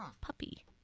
puppy